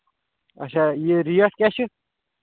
اچھا یہِ ریٹ کیٛاہ چھِ